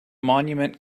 monument